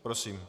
Prosím.